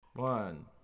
One